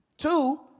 Two